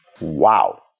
Wow